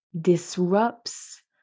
disrupts